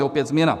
Opět změna.